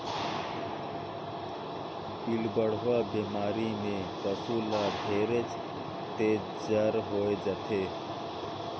पिलबढ़वा बेमारी में पसु ल ढेरेच तेज जर होय जाथे